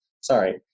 sorry